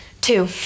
Two